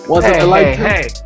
hey